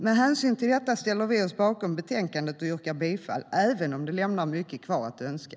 Med hänsyn till detta ställer vi oss bakom betänkandet och yrkar bifall till förslaget, även om det lämnar mycket kvar att önska.